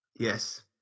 Yes